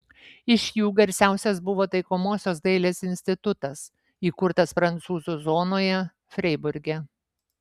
iš jų garsiausias buvo taikomosios dailės institutas įkurtas prancūzų zonoje freiburge